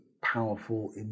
powerful